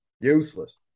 Useless